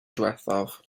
diwethaf